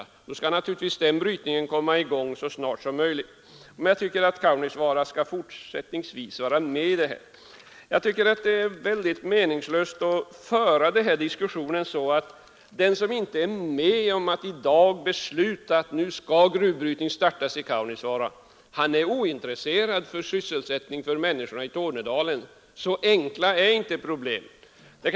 I så fall skall naturligtvis den brytningen komma i gång så snart som möjligt. Men jag tycker att Kaunisvaara även fortsättningsvis skall vara med i bilden. Det är meningslöst att föra den här diskussionen så att man söker påstå att den som inte är med om att i dag rösta för att gruvbrytning nu skall startas i Kaunisvaara är ointresserad av sysselsättningen för människorna i Tornedalen. Så enkla är inte problemen.